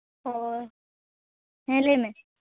ᱚ ᱦᱮᱸ ᱞᱟᱹᱭᱢᱮ